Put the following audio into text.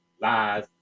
lies